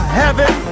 heaven